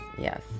Yes